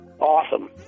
Awesome